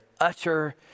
utter